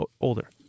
older